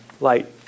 light